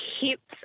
hips